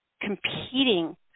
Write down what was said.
competing